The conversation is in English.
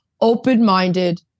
open-minded